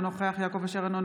אינו נוכח איתמר בן גביר,